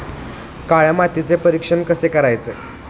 काळ्या मातीचे परीक्षण कसे करायचे?